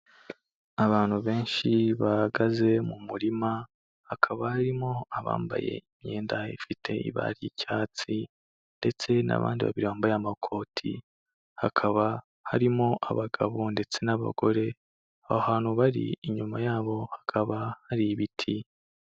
Abantu benshi bahagaze mu murima, hakaba harimo abambaye imyenda ifite ibara ry'icyatsi ndetse n'abandi babiri bambaye amakoti, hakaba harimo abagabo ndetse n'abagore, aho hantu bari inyuma yabo hakaba hari ibiti.